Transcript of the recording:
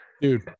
Dude